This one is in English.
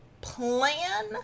plan